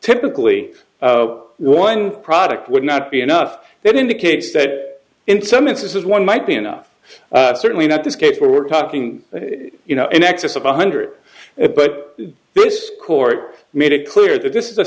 typically one product would not be enough that indicates that in some instances one might be enough certainly not this case where we're talking you know in excess of one hundred it but this court made it clear that this is